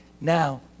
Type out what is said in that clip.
Now